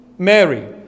Mary